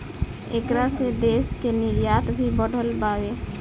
ऐकरा से देश के निर्यात भी बढ़ल बावे